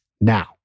now